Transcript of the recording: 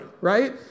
right